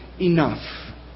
enough